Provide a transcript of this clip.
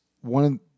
One